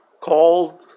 called